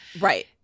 Right